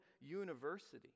university